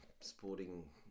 sporting